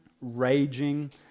raging